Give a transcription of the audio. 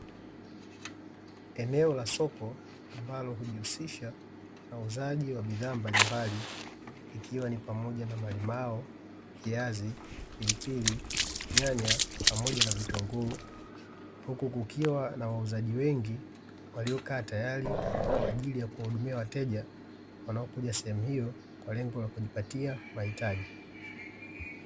Eneo la soko ambalo hujihusisha na uuzaji wa bidhaa mbalimbali, ikiwa ni pamoja na malimao, viazi, pilipili, nyanya, pamoja na vitunguu, huku kukiwa na wauzaji wengi, waliokaa tayari kwaajili ya kuwahudumia wateja, wanaokuja sehemu hiyo kwa lengo la kujipatia mahitaji.